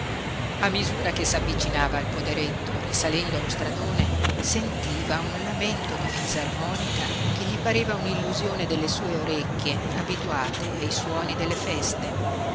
a misura che s'avvicinava al poderetto risalendo lo stradone sentiva un lamento di fisarmonica che gli pareva un'illusione delle sue orecchie abituate ai suoni delle feste